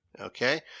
Okay